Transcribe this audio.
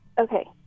Okay